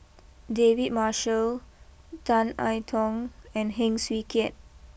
David Marshall Tan I Tong and Heng Swee Keat